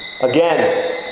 Again